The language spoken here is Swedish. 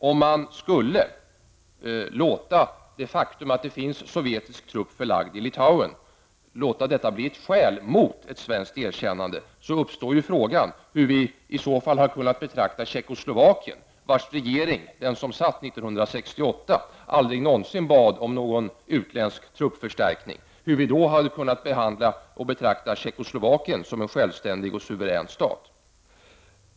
Om man skulle låta det faktum att det finns sovjetiska trupper förlagda i Litauen bli ett skäl mot ett svenskt erkännande uppstår ju frågan hur vi i Sverige har kunnat betrakta Tjeckoslovakien, vars regering som satt 1968 aldrig någonsin bad om någon utländsk truppförstärkning, som en självständig och suverän stat.